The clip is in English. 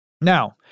Now